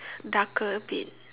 darker a bit